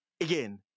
again